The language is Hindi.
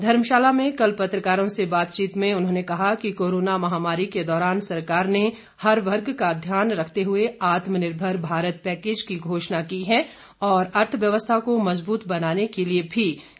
धर्मशाला में कल पत्रकारों से बातचीत में उन्होंने कहा कि कोरोना महामारी के दौरान सरकार ने हर वर्ग का ध्यान रखते हुए आत्मनिर्भर भारत पैकेज की घोषणा की है और अर्थव्यस्था को मजबूत बनाने के लिए भी कई जरूरी कदम उठाए जा रहे हैं